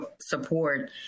support